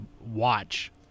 watch